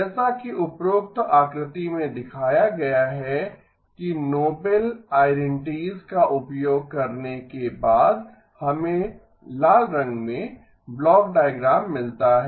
जैसा कि उपरोक्त आकृति में दिखाया गया है कि नोबेल आईदेन्तितीस का उपयोग करने के बाद हमें लाल रंग में ब्लॉक डायग्राम मिलता है